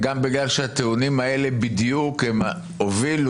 גם בגלל שהטיעונים האלה בדיוק הובילו